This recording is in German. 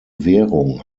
währung